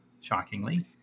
shockingly